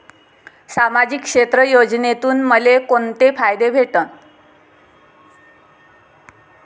सामाजिक क्षेत्र योजनेतून मले कोंते फायदे भेटन?